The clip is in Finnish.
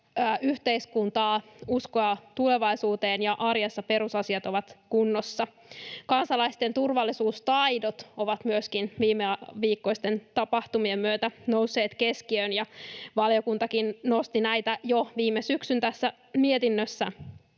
yhteiskuntaa, uskoa tulevaisuuteen ja arjessa perusasiat kunnossa. Kansalaisten turvallisuustaidot ovat myöskin viimeviikkoisten tapahtumien myötä nousseet keskiöön. Valiokuntakin nosti näitä jo viime syksyn mietinnössä,